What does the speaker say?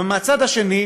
ומהצד השני,